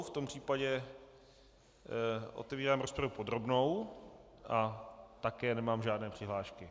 V tom případě otevírám rozpravu podrobnou a také nemám žádné přihlášky.